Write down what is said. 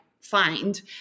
find